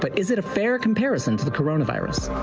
but is it a fair comparison to the coronavirus?